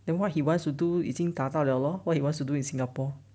then what he wants to do 已经达到了 lor what he wants to do in singapore